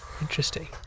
Interesting